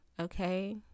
okay